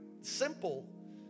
simple